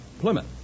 Plymouth